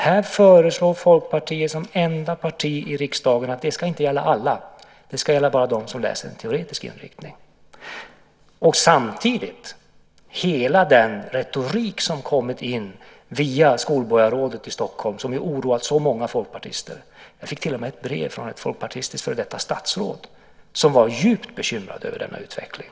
Här föreslår Folkpartiet som enda parti i riksdagen att det inte ska gälla alla. Det ska gälla bara dem som har en teoretisk inriktning. Samtidigt hör vi hela den retorik som har kommit in via skolborgarrådet i Stockholm som har oroat så många folkpartister. Jag fick till och med ett brev från ett folkpartistiskt före detta statsråd som var djupt bekymrad över denna utveckling.